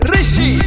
Rishi